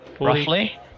roughly